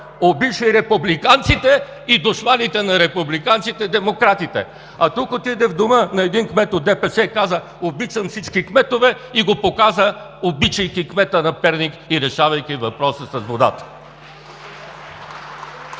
обича и републиканците, и душманите на републиканците – демократите. А тук отиде в дома на един кмет от ДПС и каза: „Обичам всички кметове!“, и го показа, обичайки кмета на Перник и решавайки въпроса с водата.